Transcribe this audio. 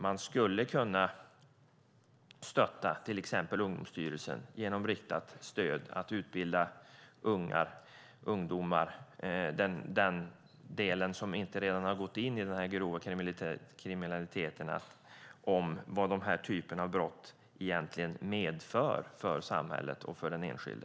Man skulle kunna stötta till exempel Ungdomsstyrelsen genom riktat stöd till utbildning av de ungdomar som inte redan har gått in i denna grova kriminalitet om vad den här typen av brott medför för samhället och för den enskilde.